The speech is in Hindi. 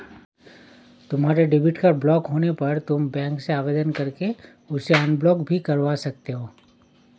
तुम्हारा डेबिट कार्ड ब्लॉक होने पर तुम बैंक से आवेदन करके उसे अनब्लॉक भी करवा सकते हो